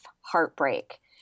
heartbreak